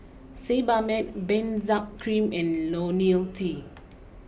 Sebamed Benzac cream and Lonil T